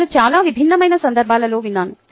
నేను చాలా విభిన్న సందర్భాలలో విన్నాను